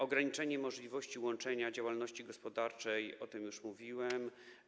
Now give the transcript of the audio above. Ograniczenie możliwości łączenia działalności gospodarczej - o tym już mówiłem.